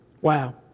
Wow